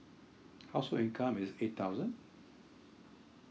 household income is eight thousand